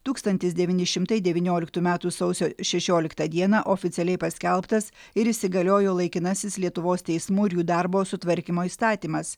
tūkstantis devyni šimtai devynioliktų metų sausio šešioliktą dieną oficialiai paskelbtas ir įsigaliojo laikinasis lietuvos teismų ir jų darbo sutvarkymo įstatymas